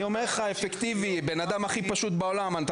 אני אומר לך, הבן אדם הכי פשוט בעולם אפקטיבי.